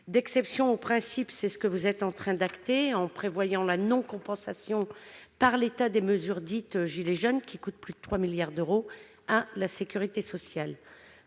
l'exception au principe, c'est ce que vous êtes en train d'acter, en prévoyant la non-compensation, par l'État, des mesures dites « gilets jaunes », qui coûtent plus de 3 milliards d'euros à la sécurité sociale.